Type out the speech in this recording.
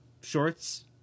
shorts